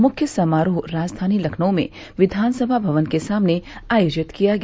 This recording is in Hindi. मुख्य समारोह राजधानी लखनऊ में विधानसभा भवन के सामने आयोजित किया गया